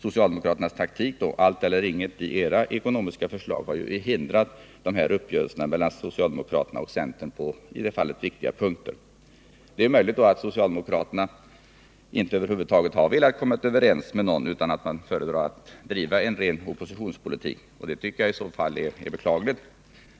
Socialdemokraternas taktik — allt eller inget i deras ekonomiska förslag — har hindrat dessa uppgörelser mellan socialdemokraterna och centern på i det här fallet viktiga punkter. Det är möjligt att socialdemokraterna över huvud taget inte har velat komma överens med någon utan föredragit att driva en ren oppositionspolitik. Det tycker jag i så fall är beklagligt.